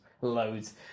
Loads